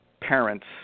parents